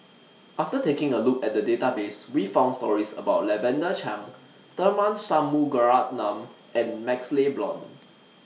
after taking A Look At The Database We found stories about Lavender Chang Tharman Shanmugaratnam and MaxLe Blond